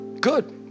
good